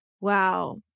Wow